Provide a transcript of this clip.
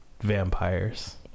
vampires